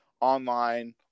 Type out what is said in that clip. online